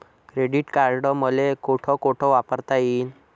Credit card मले कोठ कोठ वापरता येईन?